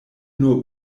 nur